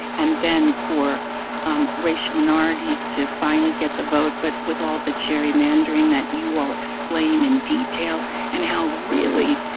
and then for um racial minorities to finally get the vote, but with all the gerrymandering that you all explain in detail and how really,